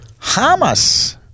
Hamas